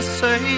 say